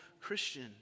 Christian